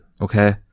Okay